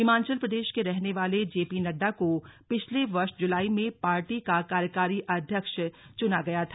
हिमाचल प्रदेश के रहने वाले जे पी नड्डा को पिछले वर्ष जुलाई में पार्टी का कार्यकारी अध्यक्ष चुना गया था